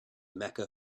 mecca